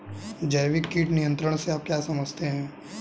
जैविक कीट नियंत्रण से आप क्या समझते हैं?